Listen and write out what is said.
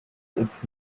its